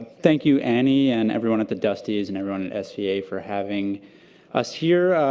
thank you, annie, and everyone at the dustys, and everyone at sva for having us here.